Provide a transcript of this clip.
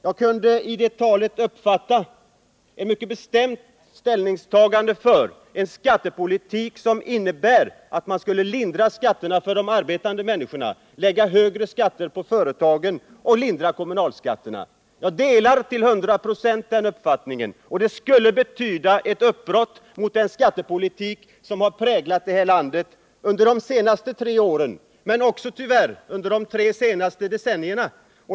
Jag kunde i det talet uppfatta ett mycket bestämt ställningstagande för en skattepolitik som innebär att man skulle lindra skatterna för de arbetande människorna och lägga högre skatter på företagen och lindra kommunalskatterna. Jag delar till hundra procent den uppfattningen. Det skulle betyda ett uppbrott från den skattepolitik som har präglat det här landet under de senaste tre åren men också — tyvärr — under de tre senaste decennierna.